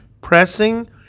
pressing